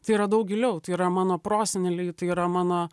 tai yra daug giliau tai yra mano proseneliai tai yra mano